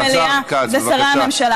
ומי שמפריע לדיון במליאה זה שרי הממשלה.